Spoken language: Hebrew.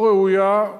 לא ראויה,